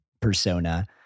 persona